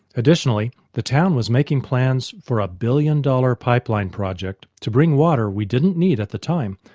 additionally the town was making plans for a billion dollar pipeline project to bring water we didn't need at the time,